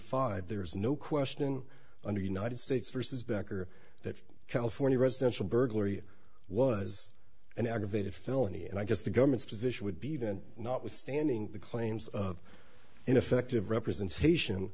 five there is no question under united states versus becker that california residential burglary was an aggravated felony and i guess the government's position would be that notwithstanding the claims of ineffective representation